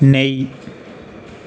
नेईं